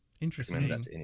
Interesting